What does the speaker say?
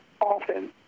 often